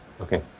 okay